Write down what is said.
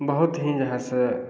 बहुत हीं जे है से